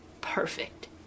perfect